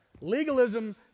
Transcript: Legalism